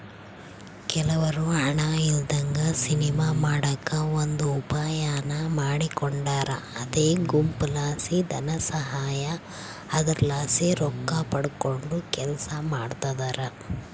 ಕೆಲವ್ರು ಹಣ ಇಲ್ಲದಂಗ ಸಿನಿಮಾ ಮಾಡಕ ಒಂದು ಉಪಾಯಾನ ಮಾಡಿಕೊಂಡಾರ ಅದೇ ಗುಂಪುಲಾಸಿ ಧನಸಹಾಯ, ಅದರಲಾಸಿ ರೊಕ್ಕಪಡಕಂಡು ಕೆಲಸ ಮಾಡ್ತದರ